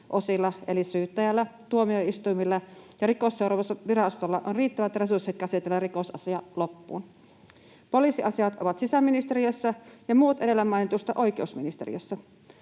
osilla, eli syyttäjällä, tuomioistuimilla ja Rikosseuraamuslaitoksella, on riittävät resurssit käsitellä rikosasia loppuun. Poliisiasiat ovat sisäministeriössä ja muut edellä mainituista oikeusministeriössä.